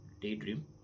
daydream